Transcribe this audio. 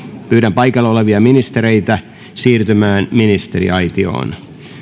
pyydän paikalla olevia ministereitä siirtymään ministeriaitioon